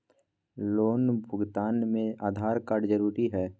Loan भुगतान में Aadhaar card जरूरी है?